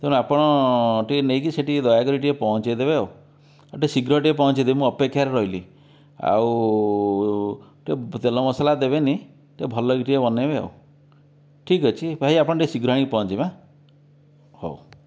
ତେଣୁ ଆପଣ ଟିକେ ନେଇକି ସେହିଠି ଦୟାକରି ଟିକେ ପହଞ୍ଚାଇ ଦେବେ ଆଉ ଟିକେ ଶୀଘ୍ର ଟିକେ ପହଞ୍ଚାଇ ଦେବେ ମୁଁ ଅପେକ୍ଷାରେ ରହିଲି ଆଉ ଟିକେ ତେଲ ମସଲା ଦେବେନି ଟିକେ ଭଲକି ଟିକେ ବନାଇବେ ଆଉ ଠିକଅଛି ଭାଇ ଆପଣ ଟିକେ ଶୀଘ୍ର ଆଣିକି ପହଞ୍ଚାଇବେ ହାଁ ହେଉ